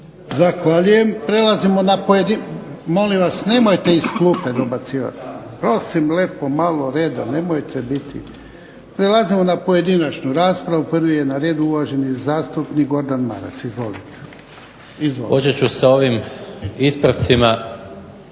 Zahvaljujem. Idemo dalje s pojedinačnom raspravu. Na redu je uvaženi zastupnik Goran Marić. Izvolite.